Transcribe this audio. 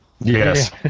Yes